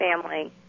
family